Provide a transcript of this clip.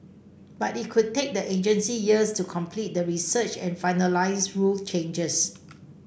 but it could take the agency years to complete the research and finalise rule changes